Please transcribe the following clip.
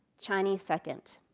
chinese second.